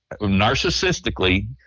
narcissistically